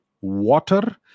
water